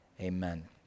Amen